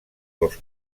dos